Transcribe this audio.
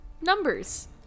Numbers